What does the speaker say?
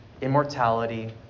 immortality